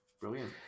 Brilliant